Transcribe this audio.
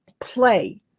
play